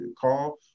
call